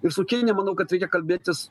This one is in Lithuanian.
ir su kinija manau kad reikia kalbėtis